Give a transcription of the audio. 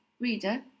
reader